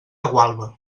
gualba